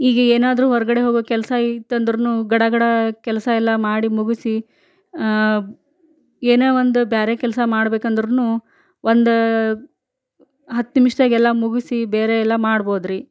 ಈಗ ಏನಾದರೂ ಹೊರಗಡೆ ಹೋಗುವ ಕೆಲಸ ಇತ್ತೆಂದರೂನು ಗಡ ಗಡ ಕೆಲಸ ಎಲ್ಲ ಮಾಡಿ ಮುಗಿಸಿ ಏನೇ ಒಂದು ಬೇರೆ ಕೆಲಸ ಮಾಡ್ಬೇಕೆಂದರೂನು ಒಂದು ಹತ್ತು ನಿಮಿಷ್ದಾಗೆ ಎಲ್ಲ ಮುಗಿಸಿ ಬೇರೆ ಎಲ್ಲ ಮಾಡ್ಬೋದ್ರಿ